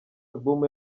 album